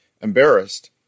Embarrassed